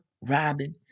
Robin